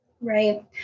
right